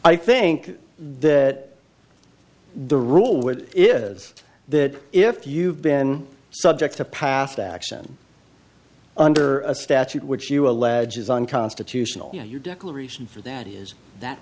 i think that the rule which is that if you've been subject to past action under a statute which you allege is unconstitutional you know your declaration for that is that